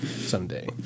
someday